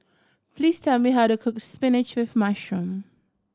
please tell me how to cook spinach with mushroom